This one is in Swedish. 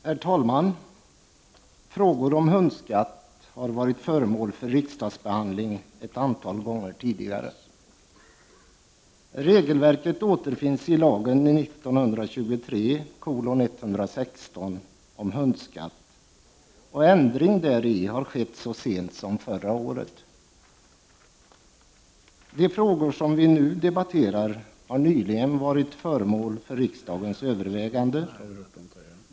Herr talman! Frågor om hundskatt har varit föremål för riksdagsbehandling ett antal gånger tidigare. Regelverket återfinns i lagen 1923:116 om hundskatt, och ändringar däri har skett så sent som förra året. De frågor som vi nu debatterar har nyligen varit föremål för riksdagens övervägande.